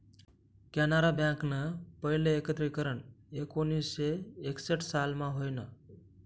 कॅनरा बँकनं पहिलं एकत्रीकरन एकोणीसशे एकसठ सालमा व्हयनं